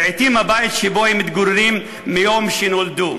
לעתים בבית שבו הם מתגוררים מיום שנולדו.